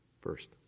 first